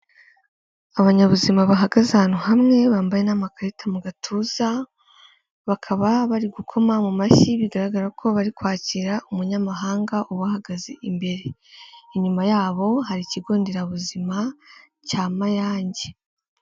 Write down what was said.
Abanyabuzima bahagaze ahantu hamwe bambaye n'amakarita mu gatuza bakaba bari gukoma mu mashyi, bigaragara ko bari kwakira umunyamahanga ubahagaze imbere, inyuma yabo hari ikigo nderabuzima cya Mayange.